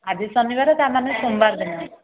ଆଜି ଶନିବାର୍ ତାମାନେ ସୋମବାର୍ ଦିନ